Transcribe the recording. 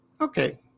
Okay